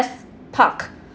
let's park